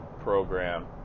program